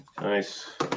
Nice